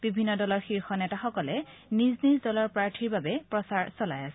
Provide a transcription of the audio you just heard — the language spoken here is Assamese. বিভিন্ন দলৰ শীৰ্ষ নেতাসকলে নিজ নিজ দলৰ প্ৰাৰ্থীৰ হকে প্ৰচাৰ চলাই আছে